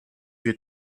huit